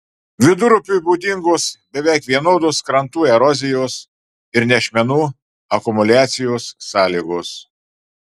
vidurupiui būdingos beveik vienodos krantų erozijos ir nešmenų akumuliacijos sąlygos